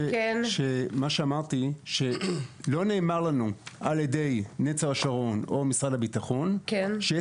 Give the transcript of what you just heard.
שמה שאמרתי שלא נאמר לנו על ידי נצר השרון או משרד הביטחון שיש